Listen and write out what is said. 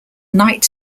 night